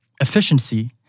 efficiency